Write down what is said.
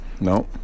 No